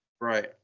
Right